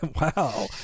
wow